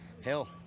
Hell